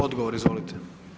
Odgovor, izvolite.